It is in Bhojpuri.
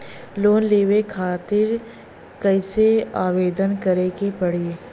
लोन लेवे खातिर कइसे आवेदन करें के पड़ी?